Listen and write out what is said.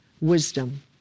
wisdom